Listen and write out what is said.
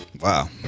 Wow